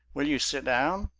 will you sit down?